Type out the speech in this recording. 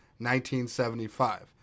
1975